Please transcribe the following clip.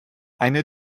eine